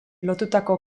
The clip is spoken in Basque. lotutako